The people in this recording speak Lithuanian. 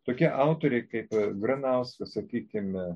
tokie autoriai kaip granauskas sakykime